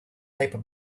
paper